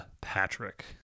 Patrick